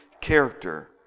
character